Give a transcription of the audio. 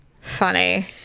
funny